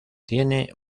tiene